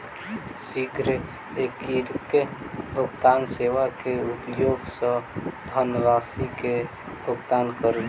शीघ्र एकीकृत भुगतान सेवा के उपयोग सॅ धनरशि के भुगतान करू